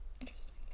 Interesting